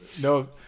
no